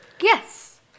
yes